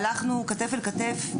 והלכנו כתף אל כתף,